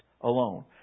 alone